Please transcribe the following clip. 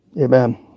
Amen